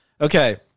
Okay